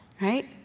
Right